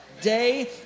day